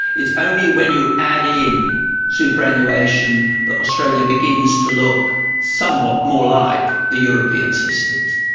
it's only when you add in superannuation that australia begins to look somewhat more like the european systems.